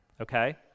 okay